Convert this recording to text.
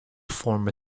former